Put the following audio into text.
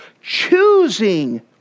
Choosing